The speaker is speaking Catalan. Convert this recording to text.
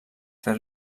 fer